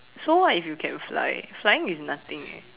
so what if you can fly flying is nothing eh